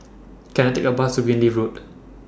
Can I Take A Bus to Greenleaf Road